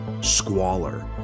squalor